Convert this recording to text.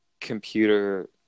computer